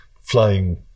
flying